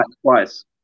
twice